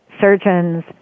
surgeons